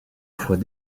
fois